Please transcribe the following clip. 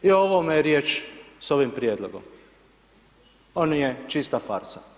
I ovome je riječ sa ovim prijedlogom, on je čista farsa.